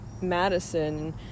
Madison